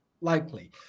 likely